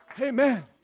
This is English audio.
Amen